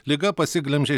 liga pasiglemžė